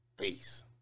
Peace